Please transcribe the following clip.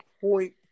point